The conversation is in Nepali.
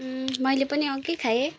मैले पनि अघि खाएँ